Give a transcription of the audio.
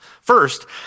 First